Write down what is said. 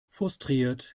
frustriert